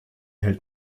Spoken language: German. hält